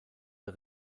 der